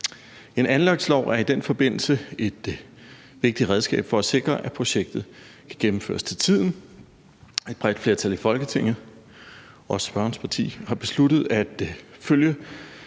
En anlægslov er i den forbindelse et vigtigt redskab for at sikre, at projektet kan gennemføres til tiden. Et bredt flertal i Folketinget, også spørgerens parti, har besluttet at følge